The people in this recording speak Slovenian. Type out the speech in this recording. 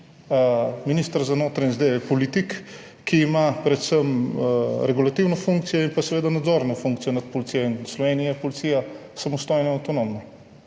Minister za notranje zadeve je politik, ki ima predvsem regulativno funkcijo in pa seveda nadzorno funkcijo nad policijo. In v Sloveniji je policija samostojna in avtonomna